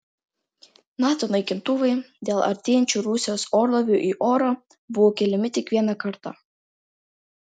nato naikintuvai dėl artėjančių rusijos orlaivių į orą buvo keliami tik vieną kartą